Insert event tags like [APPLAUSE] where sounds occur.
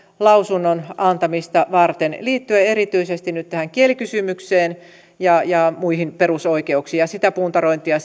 lausunnon antamista varten liittyen erityisesti nyt tähän kielikysymykseen ja ja muihin perusoikeuksiin ja sitä puntarointia [UNINTELLIGIBLE]